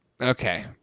Okay